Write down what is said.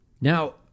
Now